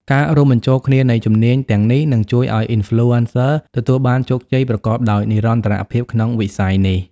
ការរួមបញ្ចូលគ្នានៃជំនាញទាំងនេះ នឹងជួយឱ្យ Influencer ទទួលបានជោគជ័យប្រកបដោយនិរន្តរភាពក្នុងវិស័យនេះ។